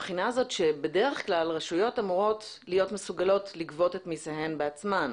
רשויות אמורות לגבות את המיסים בעצמן.